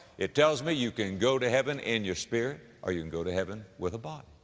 it tells me you can go to heaven in your spirit or you can go to heaven with a body.